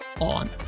on